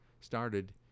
started